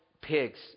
pigs